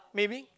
maybe